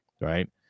Right